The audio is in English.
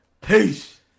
Peace